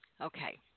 Okay